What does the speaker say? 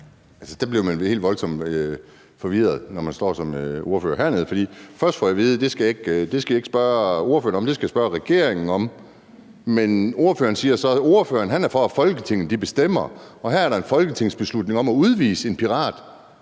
Der blev man lige voldsomt forvirret, når man står som spørger hernede. For først får jeg at vide, at det skal jeg ikke spørge ordføreren om, men det skal jeg spørge regeringen om. Men ordføreren siger så, at ordføreren er for, at Folketinget bestemmer, og her er der en folketingsbeslutning om at udvise en pirat.